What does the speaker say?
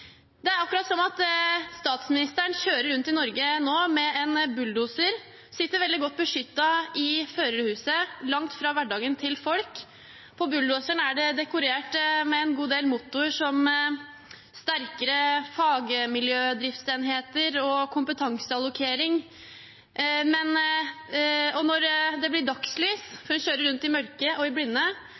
Det er akkurat som om statsministeren kjører rundt i Norge i en bulldoser, godt beskyttet i førerhuset, langt fra hverdagen til folk. Bulldoseren er dekorert med en god del mottoer, som «sterkere fagmiljødriftsenheter» og «kompetanseallokering», og når det blir dagslys, for hun kjører rundt i mørket og i blinde,